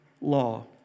law